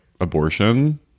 abortion